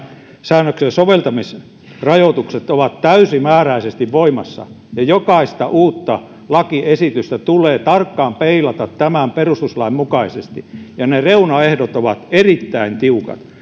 säännöksen soveltamisrajoitukset ovat täysimääräisesti voimassa ja jokaista uutta lakiesitystä tulee tarkkaan peilata tämän perustuslain mukaisesti ja ne reunaehdot ovat erittäin tiukat